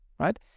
Right